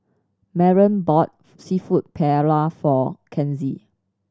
Maren bought Seafood Paella for Kenzie